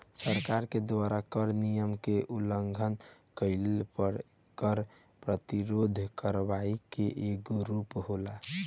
सरकार के द्वारा कर नियम के उलंघन कईला पर कर प्रतिरोध करवाई के एगो रूप होला